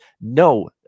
no